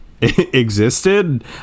existed